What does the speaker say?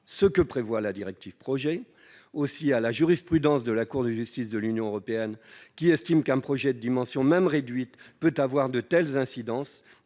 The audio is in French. de la directive Projets, et à la jurisprudence de la Cour de justice de l'Union européenne, qui estime qu'un projet, de dimension même réduite, peut avoir de telles incidences